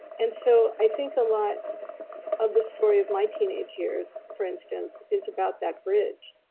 and so i think a lot of the story of my teenage years for instance, is about that bridge,